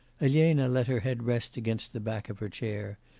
elena let her head rest against the back of her chair,